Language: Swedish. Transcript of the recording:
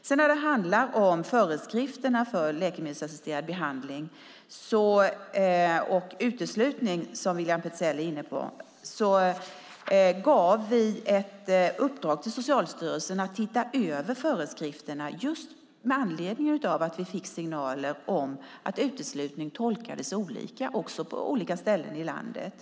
Sedan gäller det föreskrifterna för läkemedelsassisterad behandling och uteslutning, som William Petzäll är inne på. Vi gav Socialstyrelsen i uppdrag att titta över föreskrifterna, just med anledning av att vi fick signaler om att uteslutning tolkades olika på olika ställen i landet.